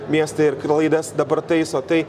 miestai ir klaidas dabar taiso tai